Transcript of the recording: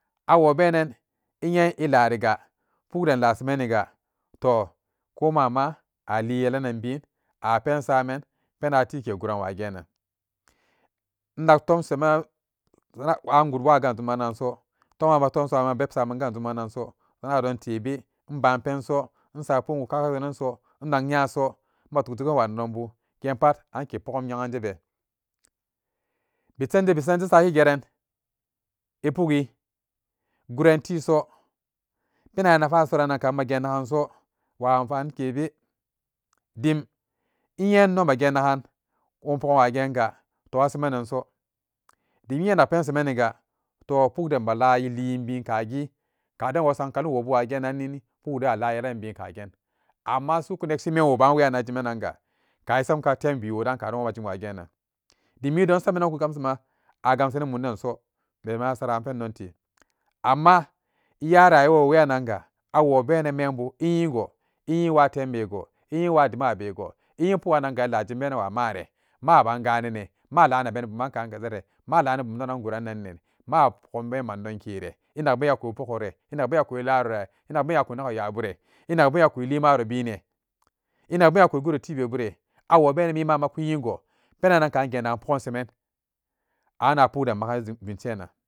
Awo benan innye e lariga pukden la samaniga toh ko ma'ama ali yelanan bin a pensaman penan atike guran wagenan innaktomsemen donan pbaan gut waa ga dumannansu toman ma tom saman beb saman ga dumannanso nyadon tebe in pbaan penso insa pogumkaga weranso innak nyaso matuk tugun wa nedonbu gen potan ke pogun nyeganjebe bisande bisande saki geran e pugi gurantiso penan a nakmanansoran kan magen naganso wa amafani tebe dim inye inno magennagan won pogan wa genga to asemananso dim inye innak pensemeniga to pukden be lalin bin kagi kaden wosam kalum wobu wagenannini pukwoden ala yelanan bin kagen amma su'uku nekshi memwoban wayannan injimananga ka isamka tembewodan karan wo jim wa genan dimmidon sabenan kagamsema a gamsenin mum denso bema saran pendon te amma iya rayuwawo weyannanga awo benan membu enyigo enyi watembego enyi wadimabego enyi pugannanga elamjimbenan wa maare maa ban ganane malanabeni buman kan kaza re malani bum donan gurananne ma poganbe mandonkere enakbenya ekupogore enakbenya ekularore enakbenya eku nago nyabure enakbenya eku li maro bine enak benya eku guro tibebure awobenan mimama ku nyingo penannankan gen nagan pogum seman an a pukden maga jimshenan